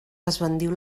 esbandiu